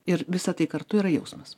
ir visa tai kartu yra jausmas